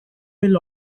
will